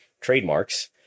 trademarks